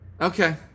Okay